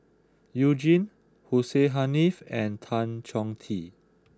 you Jin Hussein Haniff and Tan Chong Tee